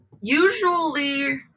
usually